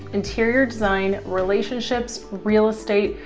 interior design, relationships, real estate,